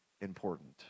important